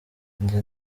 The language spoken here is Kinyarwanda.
njye